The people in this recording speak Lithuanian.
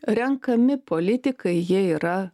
renkami politikai jie yra